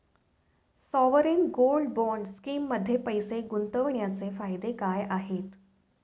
Sovereign gold bond स्कीममध्ये पैसे गुंतवण्याचे फायदे काय आहेत?